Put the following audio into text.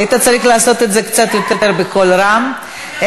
היית צריך לעשות את זה בקול רם קצת יותר.